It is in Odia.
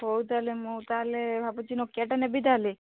ହଉ ତାହେଲେ ମୁଁ ତାହେଲେ ଭାବୁଛି ନୋକିଆଟା ନେବି ତାହେଲେ